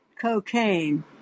cocaine